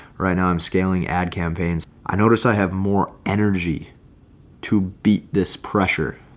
right now i'm scaling ad campaigns, i notice i have more energy to beat this pressure.